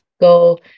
go